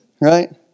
Right